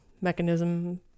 mechanism